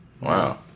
Wow